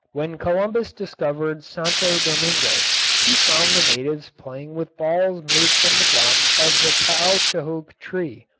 when columbus discovered santo domingo he found the natives playing with balls made from the gum of the caoutchouc tree.